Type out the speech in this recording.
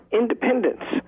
independence